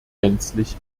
gänzlich